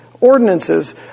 ordinances